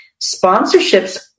Sponsorships